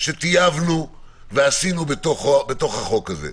שטייבנו ועישנו בחוק הזה.